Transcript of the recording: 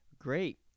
Great